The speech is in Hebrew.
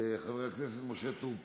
חבר הכנסת משה טור פז.